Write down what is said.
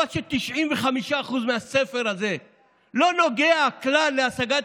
אבל כש-95% מהספר הזה לא נוגע כלל להשגת